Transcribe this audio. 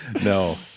No